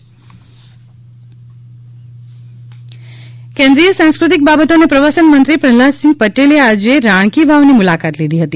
રાણીની વાવ કેન્દ્રિય સાંસ્ક્રતિક બાબતો અને પ્રવાસન મંત્રી પ્રહલાદ સિંગ પટેલે આજે રાણકી વાવની મુલાકાત લીધી હતી